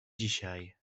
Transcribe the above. dzisiaj